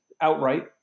outright